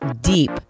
deep